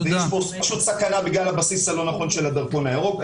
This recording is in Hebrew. יש פה פשוט סכנה בגלל הבסיס הלא נכון של הדרכון הירוק.